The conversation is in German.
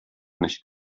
nicht